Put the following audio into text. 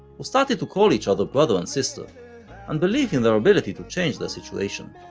who started to call each other brother and sister and belief in their ability to change their situation.